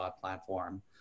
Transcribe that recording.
platform